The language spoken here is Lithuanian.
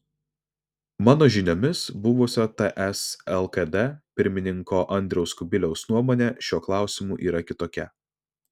mano žiniomis buvusio ts lkd pirmininko andriaus kubiliaus nuomonė šiuo klausimu yra kitokia